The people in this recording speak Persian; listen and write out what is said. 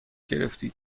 گرفتید